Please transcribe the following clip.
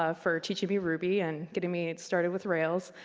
ah for teaching me ruby and getting me started with rails.